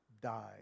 died